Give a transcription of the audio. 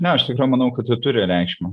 ne aš tikrai manau kad tai turi reikšmę